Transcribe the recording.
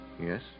Yes